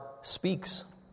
speaks